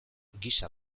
gisa